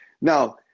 Now